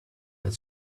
that